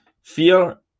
Fear